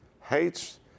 hates